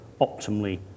optimally